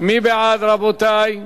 מי בעד, רבותי?